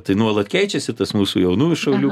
tai nuolat keičiasi tas mūsų jaunųjų šaulių